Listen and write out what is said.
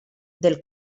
del